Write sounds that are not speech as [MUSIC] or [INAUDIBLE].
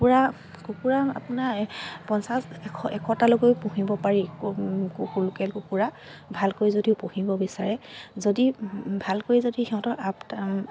কুকুৰা কুকুৰা আপোনাৰ পঞ্চাছ এশ এশটালৈকে পুহিব পাৰি লোকেল কুকুৰা ভালকৈ যদিও পুহিব বিচাৰে যদি ভালকৈ যদি সিহঁতৰ [UNINTELLIGIBLE]